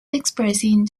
expressing